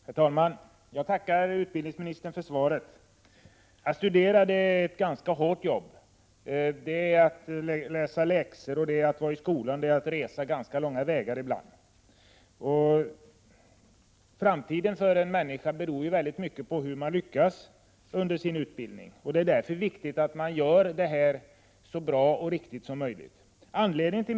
Herr talman! Jag tackar utbildningsministern för svaret. Att studera är ett ganska hårt arbete. Det gäller att läsa läxor, vara i skolan och resa ganska långa vägar ibland. En människas framtid beror i mycket hög grad på hur man lyckas i sin utbildning. Det är därför viktigt att det hela sker så bra och riktigt som möjligt.